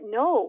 no